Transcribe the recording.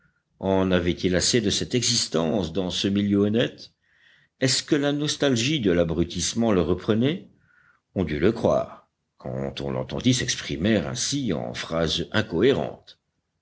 en avait-il assez de cette existence dans ce milieu honnête est-ce que la nostalgie de l'abrutissement le reprenait on dut le croire quand on l'entendit s'exprimer ainsi en phrases incohérentes